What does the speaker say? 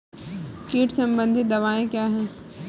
कीट संबंधित दवाएँ क्या हैं?